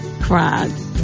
cried